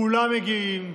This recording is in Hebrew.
כולם מגיעים,